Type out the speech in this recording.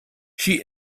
she